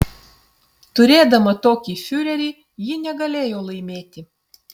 turėdama tokį fiurerį ji negalėjo laimėti